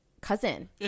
Cousin